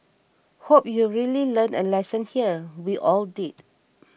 hope you've really learned a lesson here we all did